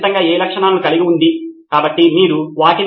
కాబట్టి ఈ మొత్తం ప్రక్రియను ముగించడానికి ఇది మా తదుపరి దశ అవుతుంది